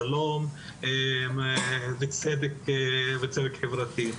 שלום וצדק חברתי.